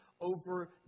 over